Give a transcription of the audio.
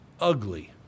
ugly